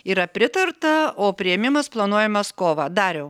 yra pritarta o priėmimas planuojamas kovą dariau